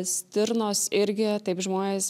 stirnos irgi taip žmonės